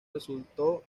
resultó